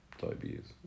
diabetes